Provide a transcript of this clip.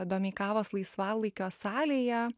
domeikavos laisvalaikio salėje